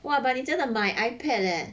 what but 你真的买 ipad leh